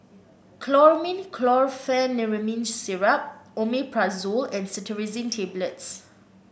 Chlormine Chlorpheniramine Syrup Omeprazole and Cetirizine Tablets